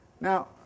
Now